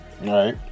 Right